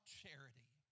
charity